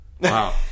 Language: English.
Wow